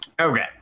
Okay